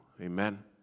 Amen